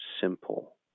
simple